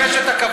תזכרו את זה.